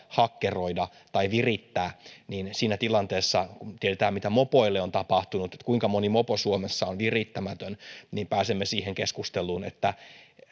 hakkeroida tai virittää ja kun siinä tilanteessa tiedetään mitä mopoille on tapahtunut eli kuinka moni mopo suomessa on virittämätön niin pääsemme siihen keskusteluun että